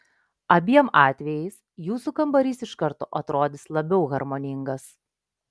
abiem atvejais jūsų kambarys iš karto atrodys labiau harmoningas